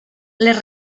les